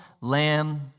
lamb